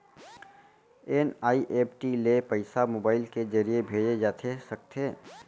NEFT ले पइसा mobile के ज़रिए भेजे जाथे सकथे?